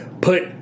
put